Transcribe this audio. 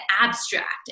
abstract